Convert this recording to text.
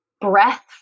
breath